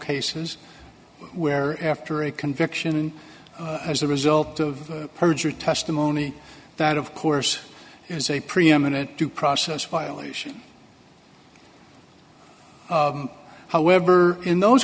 cases where after a conviction as a result of perjured testimony that of course is a preeminent due process violation however in those